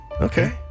Okay